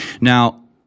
Now